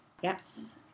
Yes